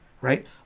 right